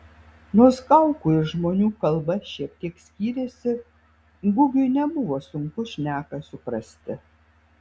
nors kaukų ir žmonių kalba šiek tiek skyrėsi gugiui nebuvo sunku šneką suprasti